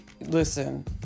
Listen